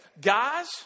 Guys